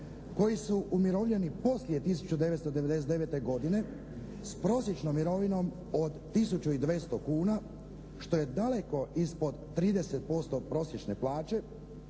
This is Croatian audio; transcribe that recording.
koji su umirovljeni poslije 1999. godine s prosječnom mirovinom od 1200 kuna što je daleko ispod 30% od prosječne plaće